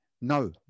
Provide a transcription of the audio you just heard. no